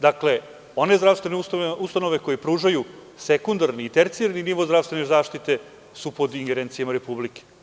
Dakle, one zdravstvene ustanove koje pružaju sekundarni i tercijalni nivo zdravstvene zaštite su pod ingerencijom Republike.